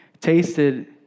tasted